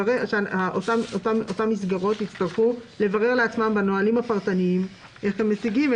שאותן מסגרות יצטרכו לברר לעצמן בנהלים הפרטניים איך הם משיגים,